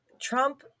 trump